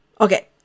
Okay